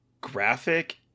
graphic